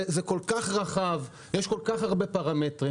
זה כל כך רחב ויש הרבה פרמטרים.